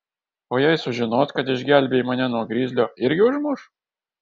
o jei sužinos kad išgelbėjai mane nuo grizlio irgi užmuš